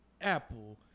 Apple